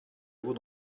vous